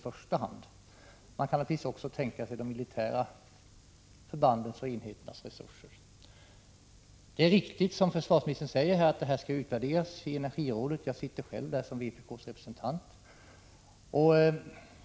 Man kan naturligtvis också tänka sig de militära förbandens och enheternas resurser. Det är riktigt, som försvarsministern säger i svaret, att de svenska erfarenheterna skall utvärderas av energirådet — jag sitter själv där som vpk:s representant.